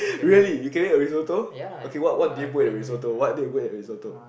really you create a risotto okay what what do you put at your risotto